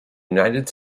united